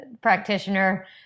practitioner